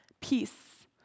peace